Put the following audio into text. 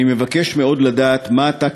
אני מבקש מאוד לדעת מה אתה,